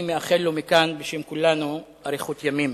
אני מאחל לו מכאן בשם כולנו אריכות ימים.